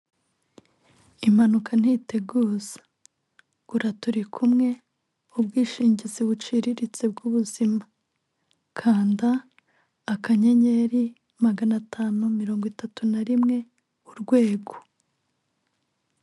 Impanuka ntiteguza, gura turi kumwe ubwishingizi buciriritse bw'ubuzima, kanda akanyenyeri magana atanu mirongo itatu na rimwe urwego.